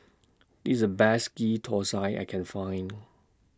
This IS The Best Ghee Thosai I Can Find